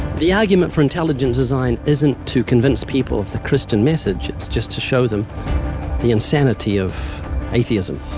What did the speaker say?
the argument for intelligent design isn't to convince people of the christian message. it's just to show them the insanity of atheism.